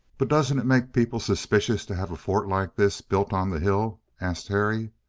but doesn't it make people suspicious to have a fort like this built on the hill? asked terry.